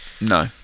no